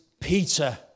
Peter